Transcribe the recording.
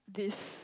this